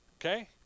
Okay